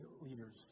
leaders